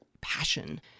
passion